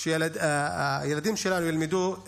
שהילדים שלנו ילמדו באוהלים.